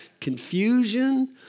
confusion